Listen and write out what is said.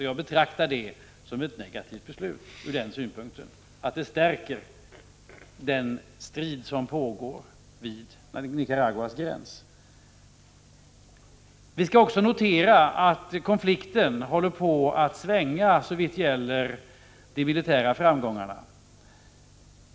Jag betraktar det som ett negativt beslut ur den synpunkten att det stärker den strid som pågår vid Nicaraguas gräns. Vi skall också notera att konflikten håller på att svänga såvitt gäller de militära framgångarna.